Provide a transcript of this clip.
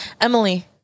Emily